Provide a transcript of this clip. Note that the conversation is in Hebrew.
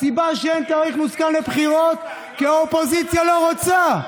הסיבה שאין תאריך מוסכם לבחירות היא כי האופוזיציה לא רוצה.